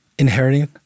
inheriting